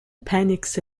panics